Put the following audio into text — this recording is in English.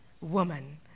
woman